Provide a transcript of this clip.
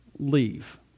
leave